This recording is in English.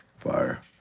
Fire